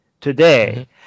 today